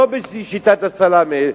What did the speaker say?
לא בשיטת הסלאמי,